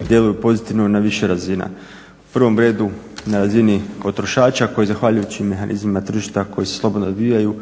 djeluju pozitivno na više razina. U prvom redu na razini potrošača koji zahvaljujući mehanizmima tržišta koja se slobodno razvijaju